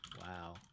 wow